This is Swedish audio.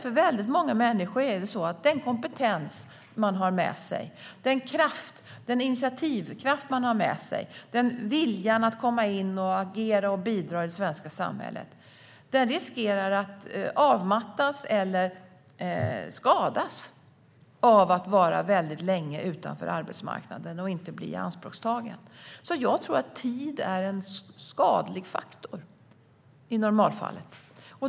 För väldigt många människor riskerar den kompetens, den initiativkraft och den vilja att agera och bidra i det svenska samhället som de har med sig att avmattas eller skadas av att de väldigt länge är utanför arbetsmarknaden och inte blir ianspråktagna. Tid är i normalfallet en skadlig faktor.